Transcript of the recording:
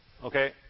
Okay